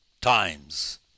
times